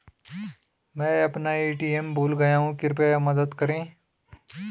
मैं अपना ए.टी.एम भूल गया हूँ, कृपया मदद करें